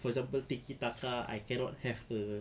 for example tiki-taka I cannot have a